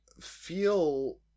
feel